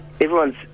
everyone's